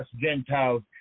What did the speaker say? Gentiles